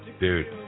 Dude